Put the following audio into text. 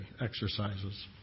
exercises